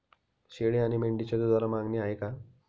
शेळी आणि मेंढीच्या दूधाला मागणी आहे का?